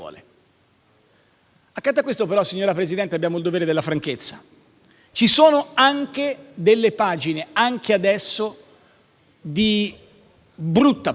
Accanto a questo, però, signor Presidente, abbiamo il dovere della franchezza. Ci sono delle pagine, anche adesso, di brutta politica.